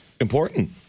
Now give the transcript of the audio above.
important